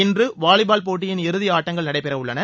இன்று வாலிபால் போட்டியின் இறுதி ஆட்டங்கள் நடைபெறவுள்ளன